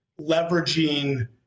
leveraging